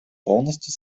полностью